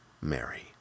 Mary